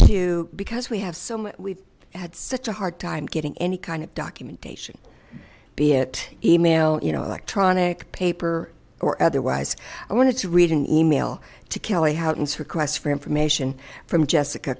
to because we have so much we've had such a hard time getting any kind of documentation be it e mail you know electronic paper or otherwise i want to read an e mail to kelly houghton's requests for information from jessica